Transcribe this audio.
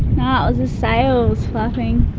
ah it was the sails flapping,